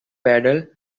pedal